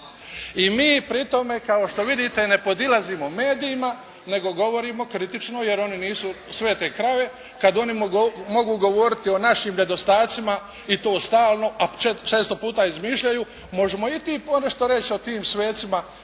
I mi pri tome kao što vidite ne podilazimo medijima, nego govorimo kritično jer oni nisu svete krave kad oni mogu govoriti o našim nedostacima i to stalno, a često puta izmišljaju, možemo i mi ponešto reći o tim svecima